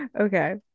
Okay